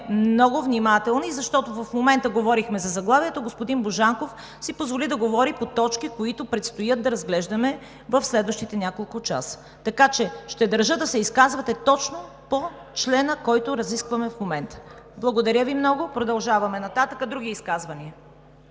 много внимателни, защото в момента говорихме за заглавието, а господин Божанков си позволи да говори по точки, които предстои да разглеждаме в следващите няколко часа. Ще държа да се изказвате точно по члена, който разискваме в момента! Благодаря Ви много. ЙОРДАН ЦОНЕВ (ДПС, от място): За това